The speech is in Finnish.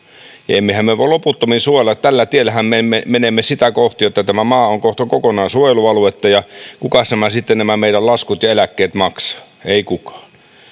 että emmehän me voi loputtomiin suojella tällä tiellähän me menemme sitä kohti että tämä maa on kohta kokonaan suojelualuetta ja kukas nämä sitten nämä meidän laskut ja eläkkeet maksaa ei kukaan